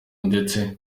ndetse